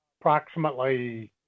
approximately